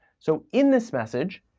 so, in this message,